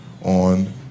on